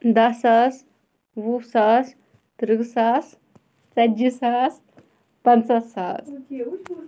دہ ساس وُہ ساس ترٕہ ساس ژَتجی ساس پَنژاہ ساس